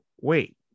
wait